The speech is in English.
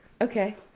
Okay